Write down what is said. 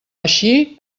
així